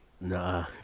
Nah